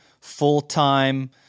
full-time